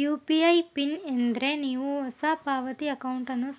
UPI PIN ಎಂದ್ರೆ ನೀವು ಹೊಸ ಪಾವತಿ ಅಕೌಂಟನ್ನು